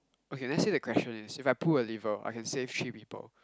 okay let's say the question is if I pull a lever I can save three people